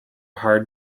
hard